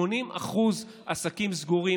80% מהעסקים סגורים.